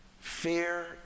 Fear